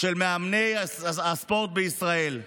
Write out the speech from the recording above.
של מאמני הספורט בישראל